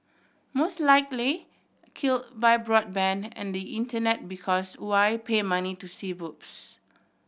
most likely kill by broadband and the Internet because why pay money to see boobs